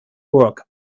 work